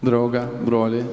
draugą brolį